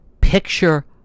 picture